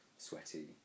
sweaty